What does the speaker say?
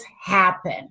happen